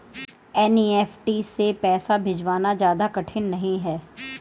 NEFT से पैसे भिजवाना ज्यादा कठिन नहीं है